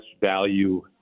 value